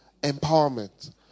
empowerment